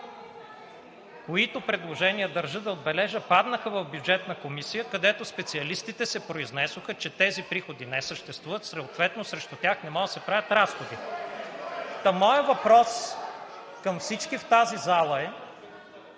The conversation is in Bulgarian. които предложения, държа да отбележа, паднаха в Бюджетната комисия, където специалистите се произнесоха, че тези приходи не съществуват. Съответно срещу тях не може да се правят разходи. (Шум и реплики.) Моят въпрос към всички в тази зала –